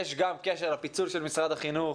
יש גם קשר לפיצול של משרד החינוך